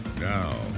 Now